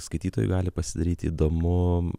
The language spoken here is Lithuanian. skaitytojui gali pasidaryti įdomu